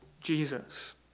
Jesus